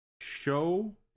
show